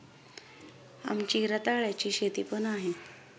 आमची रताळ्याची शेती पण आहे